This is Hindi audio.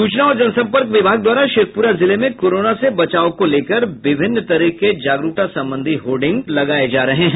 सूचना और जनसंपर्क विभाग द्वारा शेखपुरा जिले में कोरोना से बचाव को लेकर विभिन्न तरह के जागरूकता संबंधी होर्डिंग लगाए जा रहे हैं